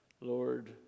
Lord